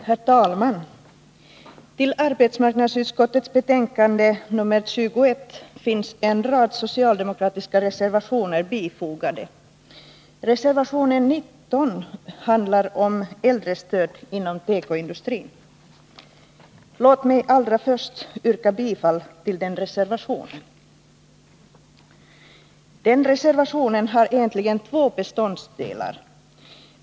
Herr talman! Till arbetsmarknadsutskottets betänkande nr 21 finns en rad socialdemokratiska reservationer fogade. Reservation nr 19 handlar om äldrestöd inom tekoindustrin. Låt mig allra först yrka bifall till den reservationen. Den reservationen har egentligen två beståndsdelar.